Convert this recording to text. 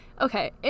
Okay